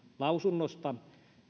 lausunnosta